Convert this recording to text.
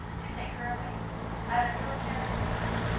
to take her away out of your care into mine.